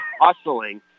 hustling